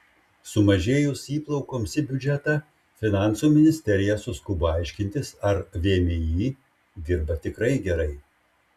sumažėjus įplaukoms į biudžetą finansų ministerija suskubo aiškintis ar vmi dirba tikrai gerai